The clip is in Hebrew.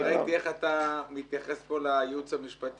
אני ראיתי איך אתה מתייחס פה לייעוץ המשפטי,